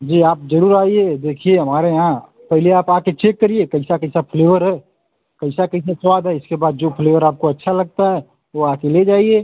जी आप जरूर आइए देखिए हमारे यहाँ पहले आप आके चेक करिए कैसा कैसा फ्लेवर है कैसा कैसा स्वाद है इसके बाद जो फ्लेवर आपको अच्छा लगता है वो आके ले जाइए